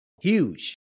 Huge